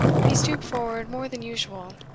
he stooped forward more than usual,